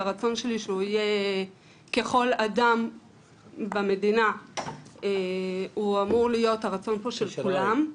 והרצון שלי שהוא יהיה ככל אדם במדינה הוא אמור להיות הרצון פה של כולם,